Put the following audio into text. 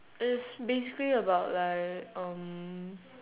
it's basically about like um